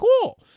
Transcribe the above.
cool